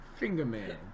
Fingerman